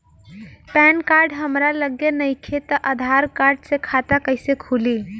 Pan card हमरा लगे नईखे त आधार कार्ड से खाता कैसे खुली?